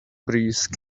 breeze